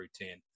routine